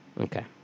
Okay